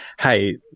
hey-